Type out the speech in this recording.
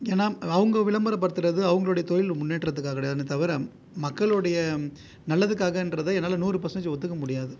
ஏன்னால் அவங்க விளம்பரப்படுத்துகிறது அவங்களோடைய தொழில் முன்னேற்றத்துக்காக கிடையாதுன்னு தவிர மக்களுடைய நல்லதுக்காகங்றத என்னால் நூறு பர்ஸன்டேஜ் ஒத்துக்க முடியாது